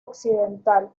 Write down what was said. occidental